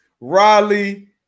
Riley